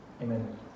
Amen